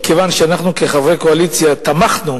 מכיוון שאנחנו כחברי קואליציה תמכנו